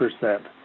percent